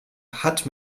hat